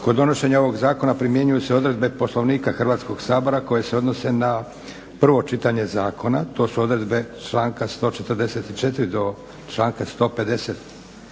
Kod donošenja ovog zakona primjenjuje se odredbe Poslovnika koje se odnose na prvo čitanje zakona članci 144.do 150.